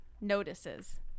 notices